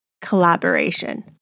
collaboration